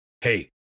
Hey